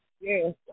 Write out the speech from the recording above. Yes